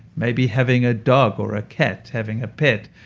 maybe having a dog or a cat, having a pet,